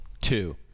Two